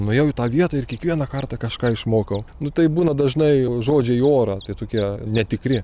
nuėjau į tą vietą ir kiekvieną kartą kažką išmokau nu taip būna dažnai žodžiai į orą tai tokie netikri